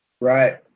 Right